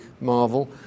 marvel